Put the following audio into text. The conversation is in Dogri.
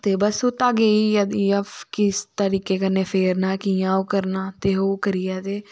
ते बस ओह् घागे गी इस तरिके कन्नै फेरना कियां ओह् करना ते ओह् करियै ते